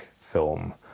film